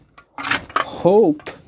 Hope